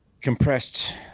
compressed